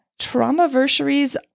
Traumaversaries